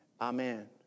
Amen